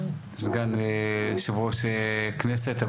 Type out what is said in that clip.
סגן יושב-ראש כנסת,